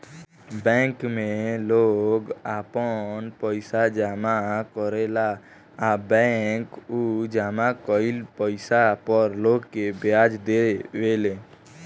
bank में लोग आपन पइसा जामा करेला आ बैंक उ जामा कईल पइसा पर लोग के ब्याज देवे ले